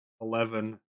eleven